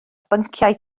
bynciau